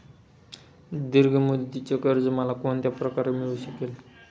दीर्घ मुदतीचे कर्ज मला कोणत्या प्रकारे मिळू शकेल?